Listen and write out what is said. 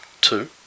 Two